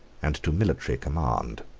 and to military command.